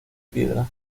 piedra